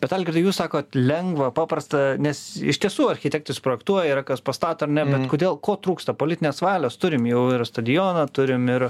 bet algirdai jūs sakot lengva paprasta nes iš tiesų architektai suprojektuoja yra kas pastato ar ne kodėl ko trūksta politinės valios turim jau ir stadioną turim ir